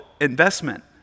investment